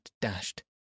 dashed